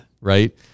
Right